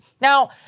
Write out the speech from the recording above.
Now